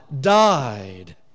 died